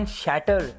shatter